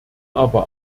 aber